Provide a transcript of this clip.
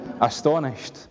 astonished